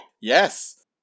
Yes